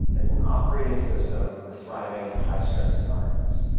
as an operating system for thriving in high-stress environments,